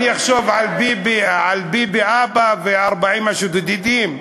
אני אחשוב על ביבי בבא ו-40 השודדים?